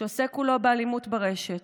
שעוסק כולו באלימות ברשת,